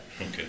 Okay